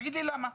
תגיד לי למה.